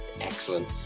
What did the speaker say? Excellent